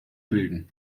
bilden